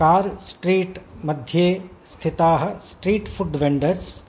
Car Street मध्ये स्थिताः street food vendors